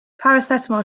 paracetamol